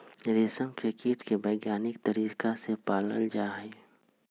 रेशम के कीट के वैज्ञानिक तरीका से पाला जाहई